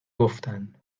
گفتن